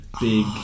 Big